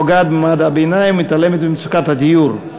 פוגעת במעמד הביניים ומתעלמת ממצוקת הדיור.